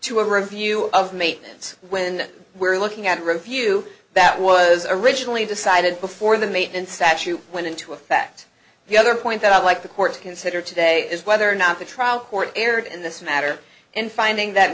a review of maintenance when we're looking at a review that was originally decided before the maintenance statute went into effect the other point that i'd like the court to consider today is whether or not the trial court erred in this matter in finding that